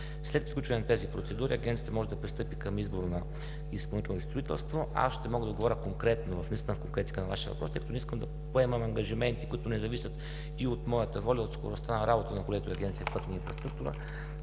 След приключване на тези процедури Агенцията може да пристъпи към избор на изпълнител и строителство. Аз ще мога да отговоря конкретно, наистина в конкретика на Вашия въпрос, тъй като не искам да поемам ангажименти, които не зависят и от моята воля, и от скоростта на работата на колегите от Агенция „Пътна инфраструктура“.